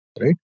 right